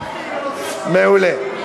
מעולה.